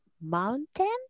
mountain